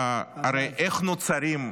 הרי איך נוצרים,